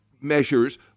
measures